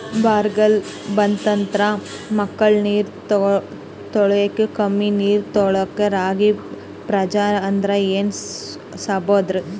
ಬರ್ಗಾಲ್ ಬಂತಂದ್ರ ಬಕ್ಕುಳ ನೀರ್ ತೆಗಳೋದೆ, ಕಮ್ಮಿ ನೀರ್ ತೆಗಳೋ ರಾಗಿ ಪ್ರಜಾತಿ ಆದ್ ಏನ್ರಿ ಸಾಹೇಬ್ರ?